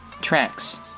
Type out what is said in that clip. tracks